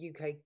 UK